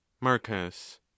marcus